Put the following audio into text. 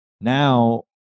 Now